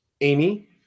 Amy